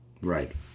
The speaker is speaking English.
Right